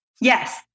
Yes